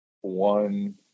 One